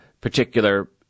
particular